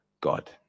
God